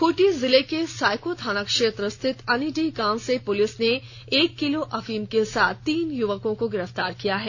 खूंटी जिले के सायको थाना क्षेत्र स्थित अनीडीह गांव से पुलिस ने एक किलो अफीम के साथ तीन युवकों को गिरफ्तार किया है